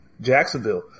Jacksonville